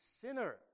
sinner